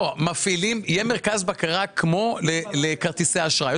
יהיה מרכז בקרה כמו לכרטיסי אשראי.